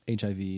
HIV